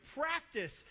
practice